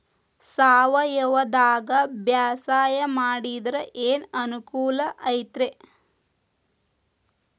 ಸಾವಯವದಾಗಾ ಬ್ಯಾಸಾಯಾ ಮಾಡಿದ್ರ ಏನ್ ಅನುಕೂಲ ಐತ್ರೇ?